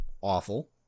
awful